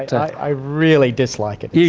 i really dislike it. yeah